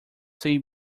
sei